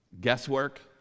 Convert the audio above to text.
guesswork